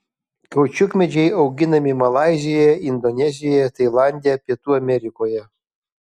kaučiukmedžiai auginami malaizijoje indonezijoje tailande pietų amerikoje